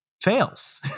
fails